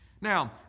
Now